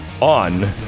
On